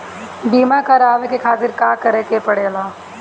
बीमा करेवाए के खातिर का करे के पड़ेला?